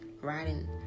riding